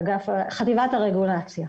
חטיבת הרגולציה.